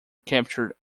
captured